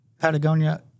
Patagonia